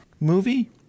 movie